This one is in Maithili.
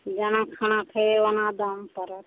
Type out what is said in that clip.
जेना खाना खयबय ओना दाम पड़त